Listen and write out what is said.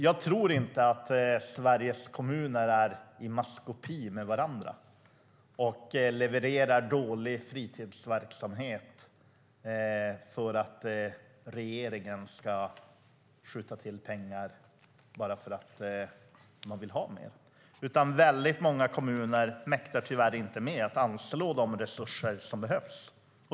Jag tror inte att Sveriges kommuner är i maskopi med varandra och levererar dålig fritidsverksamhet för att regeringen ska skjuta till pengar bara därför att de vill ha mer, utan många kommuner mäktar tyvärr inte med att anslå de resurser som behövs.